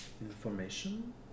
information